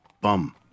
bum